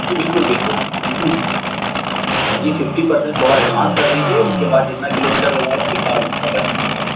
جی بالکل بالکل بالکل جی ففٹی پر سنٹ تھوڑا ایڈوانس کر دیجیے اس کے بعد جتنا کلو میٹر ہو جائے گا پھر بعد میں پے کرنا ہے